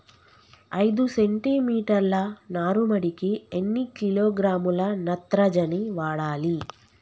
ఐదు సెంటి మీటర్ల నారుమడికి ఎన్ని కిలోగ్రాముల నత్రజని వాడాలి?